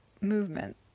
movement